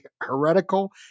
heretical